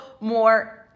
more